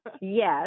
Yes